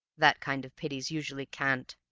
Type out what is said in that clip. that kind of pity's usually cant